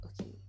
okay